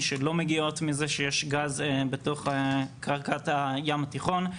שלא מגיעות מזה שיש גז בתוך קרקע הים התיכון.